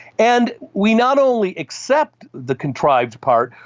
and we not only accept the contrived part,